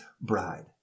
bride